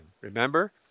Remember